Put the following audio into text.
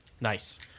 Nice